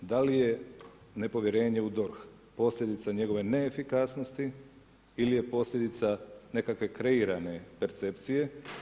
Da li je nepovjerenje u DORH posljedica njegove neefikasnosti ili je posljedica nekakve kreirane percepcije?